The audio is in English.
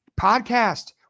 podcast